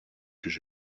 que